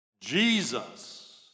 Jesus